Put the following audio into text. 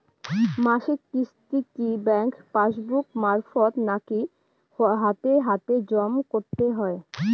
মাসিক কিস্তি কি ব্যাংক পাসবুক মারফত নাকি হাতে হাতেজম করতে হয়?